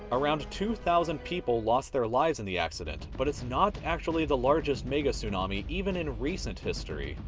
around two thousand people lost their lives in the accident, but it's not actually the largest mega tsunami even in recent history.